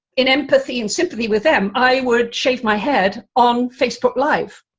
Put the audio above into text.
in empathy and sympathy with them, i would shave my head on facebook live.